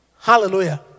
Hallelujah